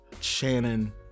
Shannon